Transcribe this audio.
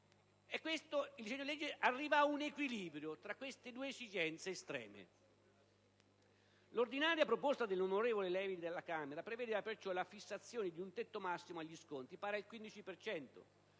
disegno di legge arriva ad un equilibrio tra queste due esigenze estreme. L'originaria proposta dell'onorevole Levi della Camera dei deputati prevedeva perciò la fissazione di un tetto massimo agli sconti, pari al 15